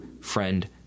friend